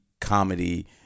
comedy